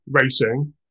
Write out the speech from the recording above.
racing